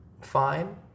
fine